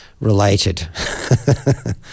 Related